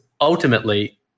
ultimately